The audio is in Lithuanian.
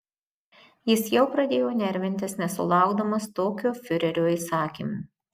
jis jau pradėjo nervintis nesulaukdamas tokio fiurerio įsakymo